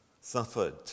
suffered